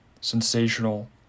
sensational